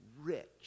rich